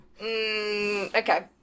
okay